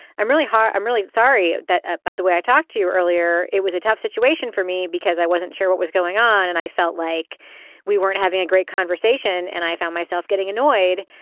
i'm really hard. i'm really sorry. that by the way i talked to you earlier. it was a tough situation for me because i wasn't sure what was going on and i felt like we weren't having a great conversation. and i found myself getting annoyed.